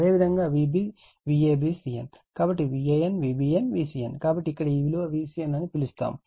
అదేవిధంగా అదేవిధంగా Vabcn కాబట్టి Van Vbn Vcn కాబట్టి ఇక్కడ ఈ విలువ Vcn అని పిలుస్తాము